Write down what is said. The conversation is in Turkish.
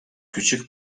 küçük